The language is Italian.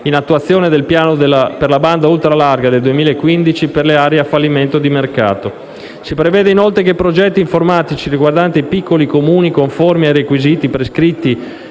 in attuazione del piano per la banda ultralarga del 2015, per le aree a fallimento di mercato. Si prevede, inoltre, che i progetti informatici riguardanti i piccoli Comuni conformi ai requisiti prescritti